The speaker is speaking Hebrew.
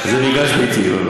זה מגרש ביתי.